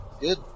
good